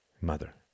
Mother